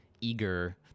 eager